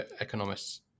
economists